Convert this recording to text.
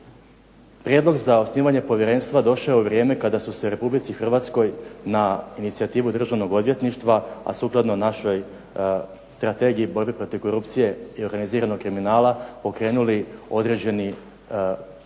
Prijedlog za osnivanje povjerenstva došao je u vrijeme kada su se Republici Hrvatskoj na inicijativu Državnog odvjetništva, a sukladno našoj strategiji borbe protiv korupcije i organiziranog kriminala pokrenuli određeni pravni